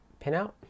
pinout